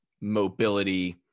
mobility